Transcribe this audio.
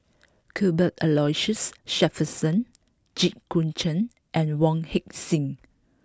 Cuthbert Aloysius Shepherdson Jit Koon Ch'ng and Wong Heck Sing